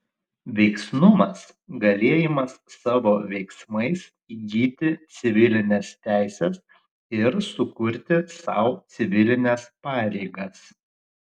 veiksnumas galėjimas savo veiksmais įgyti civilines teises ir sukurti sau civilines pareigas